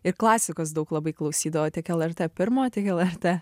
ir klasikos daug labai klausydavo tiek lrt pirmo tiek lrt